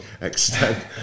extend